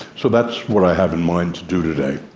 so that's what i have in mind to do today.